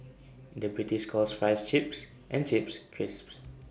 the British calls Fries Chips and Chips Crisps